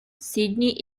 sydney